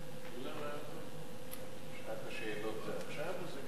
להכשרה או לתעסוקה של אנשים עם מוגבלות),